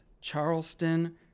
Charleston